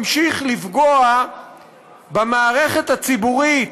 ממשיך לפגוע במערכת הציבורית,